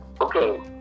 Okay